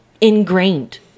ingrained